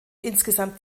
insgesamt